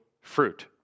fruit